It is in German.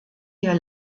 hier